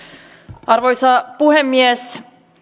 arvoisa puhemies